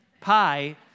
pie